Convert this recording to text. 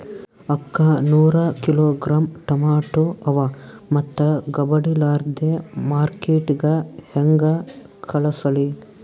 ಅಕ್ಕಾ ನೂರ kilogram tomato ಅವ, ಮೆತ್ತಗಬಡಿಲಾರ್ದೆ ಮಾರ್ಕಿಟಗೆ ಹೆಂಗ ಕಳಸಲಿ?